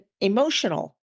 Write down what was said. emotional